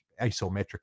isometric